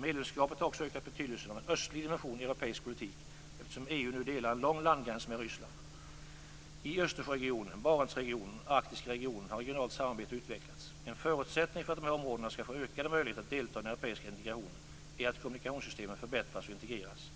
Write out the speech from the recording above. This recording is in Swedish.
Medlemskapet har också ökat betydelsen av en östlig dimension i europeisk politik, eftersom EU nu delar en lång landgräns med Ryssland. I Östersjöregionen, i Barentsregionen och i den arktiska regionen har regionalt samarbete utvecklats. En förutsättning för att dessa områden skall få ökade möjligheter att delta i den europeiska integrationen är att kommunikationssystemen förbättras och integreras.